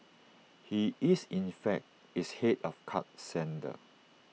he is in fact its Head of card centre